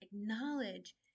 acknowledge